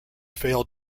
failed